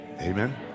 amen